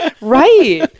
Right